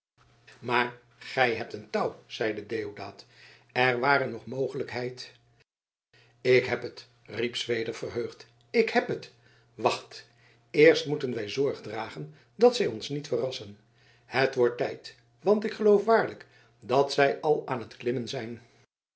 maar gij hebt een touw zeide deodaat er ware nog mogelijkheid ik heb het riep zweder verheugd ik heb het wacht eerst moeten wij zorg dragen dat zij ons niet verrassen het wordt tijd want ik geloof waarlijk dat zij al aan t klimmen zijn